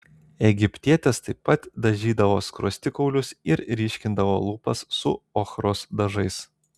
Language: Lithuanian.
egiptietės taip pat dažydavo skruostikaulius ir ryškindavo lūpas su ochros dažais